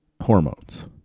hormones